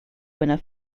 winner